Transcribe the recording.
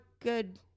good